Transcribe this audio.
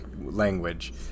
language